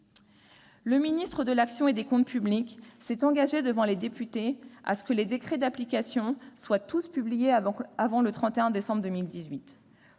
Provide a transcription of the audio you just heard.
Le ministre de l'action et des comptes publics s'est engagé devant les députés à faire en sorte que les décrets d'application soient tous publiés avant le 31 décembre 2018.